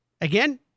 Again